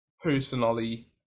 personally